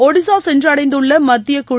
ஒடிஷா சென்றடைந்துள்ள மத்திய குழு